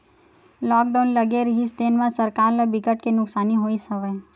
lockdown लगे रिहिस तेन म सरकार ल बिकट के नुकसानी होइस हवय